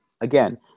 again